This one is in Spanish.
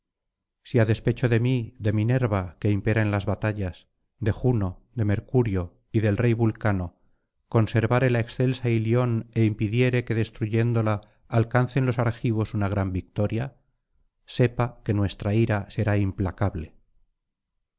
si á despecho de mí de minerva que impera en las batallas de juno de mercurio y del rey vulcano conservare la excelsa ilion é impidiere que destruyéndola alcancen los argivos una gran victoria sepa que nuestra ira será implacable